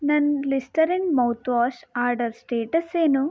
ನನ್ನ Listerine mouthwash order status ಏನು